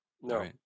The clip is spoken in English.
no